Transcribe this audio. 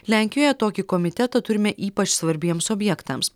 lenkijoje tokį komitetą turime ypač svarbiems objektams